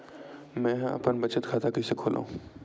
मेंहा अपन बचत खाता कइसे खोलव?